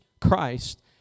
Christ